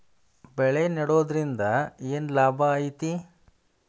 ಬೆಳೆ ನೆಡುದ್ರಿಂದ ಏನ್ ಲಾಭ ಐತಿ?